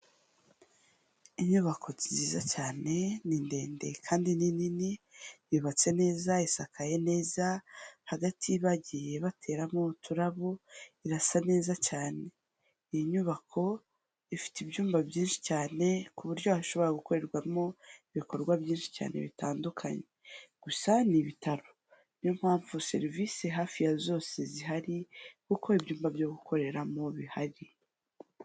Inyubako nziza cyane, ni ndende kandi nini, yubatse neza isakaye neza, hagati bagiye bateramo uturabo, irasa neza cyane, iyi nyubako ifite ibyumba byinshi cyane ku buryo hashobora gukorerwamo ibikorwa byinshi cyane bitandukanye, gusa ni ibitaro, niyo mpamvu serivisi hafi ya zose zihari kuko ibyumba byo gukoreramo bihari.